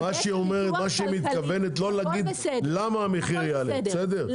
הכול בסדר,